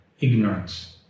ignorance